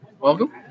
Welcome